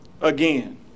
again